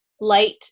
light